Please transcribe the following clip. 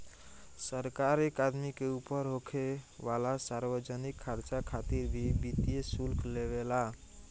सरकार एक आदमी के ऊपर होखे वाला सार्वजनिक खर्चा खातिर भी वित्तीय शुल्क लेवे ला